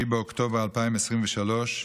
7 באוקטובר 2023,